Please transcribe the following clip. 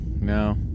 No